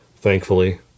thankfully